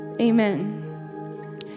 amen